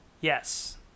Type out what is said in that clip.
yes